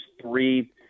three